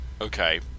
Okay